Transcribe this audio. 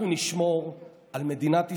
אנחנו נשמור על מדינת ישראל,